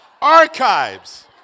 archives